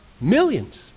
Millions